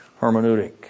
hermeneutic